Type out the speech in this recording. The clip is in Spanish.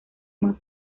más